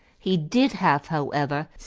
he did have, however,